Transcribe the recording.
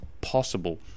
possible